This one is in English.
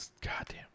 Goddamn